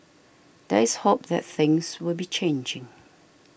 there is hope that things will be changing